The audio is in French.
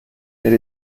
mais